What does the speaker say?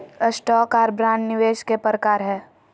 stock आर bond निवेश के प्रकार हय